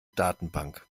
datenbank